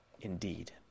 indeed